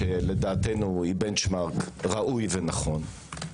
שלדעתנו היא בנץ' מארק ראוי ונכון,